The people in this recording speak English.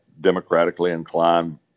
democratically-inclined